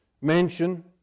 mention